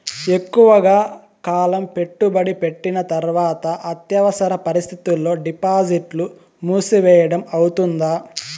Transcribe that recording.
ఎక్కువగా కాలం పెట్టుబడి పెట్టిన తర్వాత అత్యవసర పరిస్థితుల్లో డిపాజిట్లు మూసివేయడం అవుతుందా?